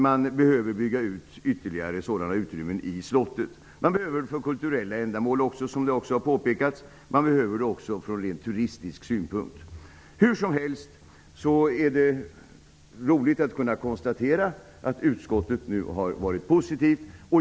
Man behöver bygga ut ytterligare utrymmen i slottet. Det behövs även för kulturella ändamål, vilket har påpekats. Det behövs ur rent turismsynpunkt. Hur som helst är det roligt att kunna konstatera att utskottet nu har varit positivt.